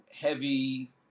heavy